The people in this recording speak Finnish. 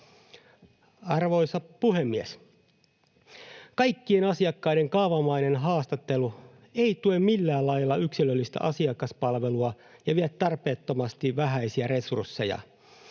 Arvoisa puhemies! Kaikkien asiakkaiden kaavamainen haastattelu ei tue millään lailla yksilöllistä asiakaspalvelua ja vie tarpeettomasti vähäisiä resursseja.